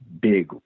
big